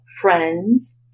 friends